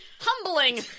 Humbling